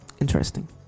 Interesting